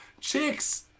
Chicks